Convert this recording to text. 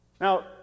Now